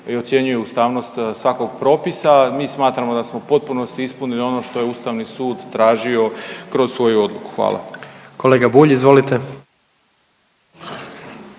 i ocjenjuje ustavnost svakog propisa. Mi smatramo da smo u potpunosti ispunili ono što je Ustavni sud tražio kroz svoju odluku. Hvala. **Jandroković,